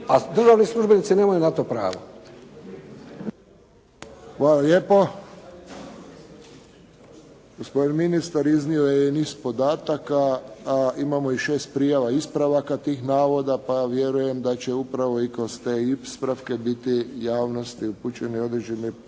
a državni službenici nemaju na to pravo. **Friščić, Josip (HSS)** Hvala lijepo. Gospodin ministar iznio je i niz podataka, a imamo i šest prijava ispravaka tih navoda, pa ja vjerujem da će upravo i kroz te ispravke biti javnosti upućene određene poruke.